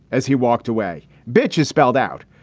as he walked away, bitches spelled out.